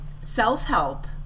self-help